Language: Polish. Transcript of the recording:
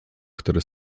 który